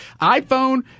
iPhone